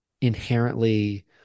inherently